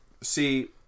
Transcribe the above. See